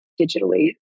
digitally